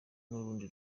rundi